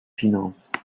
finances